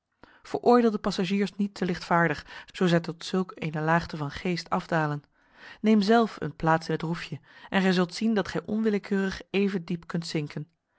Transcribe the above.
de passagiers niet te lichtvaardig zoo zij tot zulk eene laagte van geest afdalen neem zelf een plaats in t roefje en gij zult zien dat gij onwillekeurig even diep kunt zinken